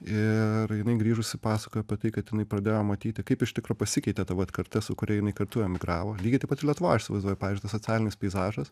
ir jinai grįžusi pasakojo apie tai kad jinai pradėjo matyti kaip iš tikro pasikeitė ta vat karta su kuria jinai kartu emigravo lygiai ta pat ir lietuvoj aš įsivaizduoju pavyzdžiui tas socialinis peizažas